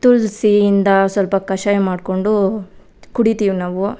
ತುಳಸಿಯಿಂದ ಸ್ವಲ್ಪ ಕಷಾಯ ಮಾಡಿಕೊಂಡು ಕುಡಿತೀವಿ ನಾವು